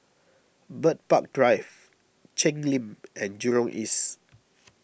Bird Park Drive Cheng Lim and Jurong East